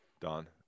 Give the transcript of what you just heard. don